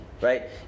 right